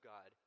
God